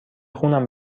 خونم